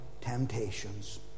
temptations